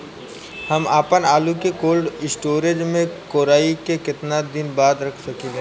हम आपनआलू के कोल्ड स्टोरेज में कोराई के केतना दिन बाद रख साकिले?